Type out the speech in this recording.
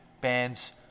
bands